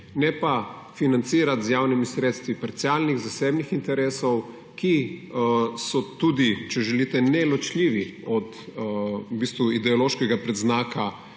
Ne pa financirati z javnimi sredstvi parcialnih zasebnih interesov, ki so tudi, če želite, neločljivi od ideološkega predznaka